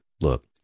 look